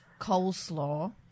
coleslaw